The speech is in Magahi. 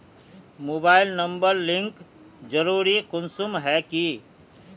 मोबाईल नंबर लिंक जरुरी कुंसम है की?